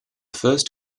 first